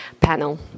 panel